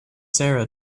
sarah